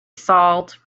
salt